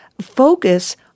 focus